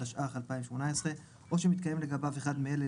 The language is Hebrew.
התשע"ח 2018 או שמתקיים לגבי אחד מאלה,